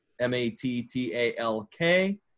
M-A-T-T-A-L-K